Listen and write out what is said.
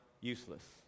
useless